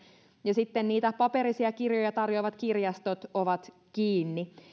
ja sitten niitä paperisia kirjoja tarjoavat kirjastot ovat kiinni